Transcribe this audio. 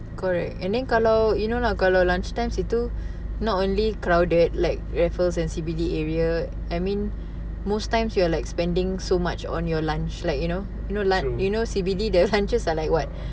true